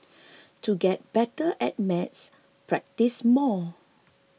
to get better at maths practise more